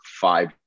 five